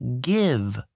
give